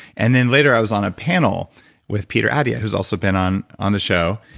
and then later i was on a panel with peter attia who's also been on on the show.